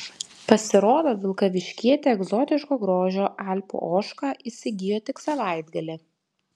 pasirodo vilkaviškietė egzotiško grožio alpių ožką įsigijo tik savaitgalį